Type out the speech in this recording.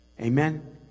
amen